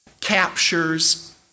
captures